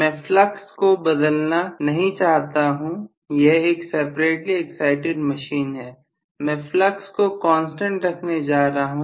मैं फ्लक्स को बदलना नहीं चाहता हूं यह एक सेपरेटली एक्साइटिड मशीन है मैं फ्लक्स को कांस्टेंट रखने जा रहा हूं